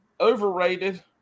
Overrated